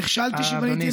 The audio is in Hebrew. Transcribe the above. נכשלתי שבניתי,